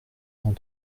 cent